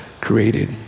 created